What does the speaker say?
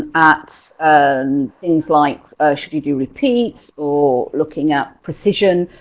at um things like should you do repeats or looking at precision.